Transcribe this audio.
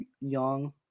Young